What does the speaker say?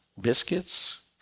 biscuits